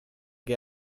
che